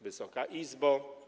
Wysoka Izbo!